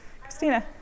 Christina